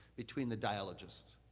between the dialogists.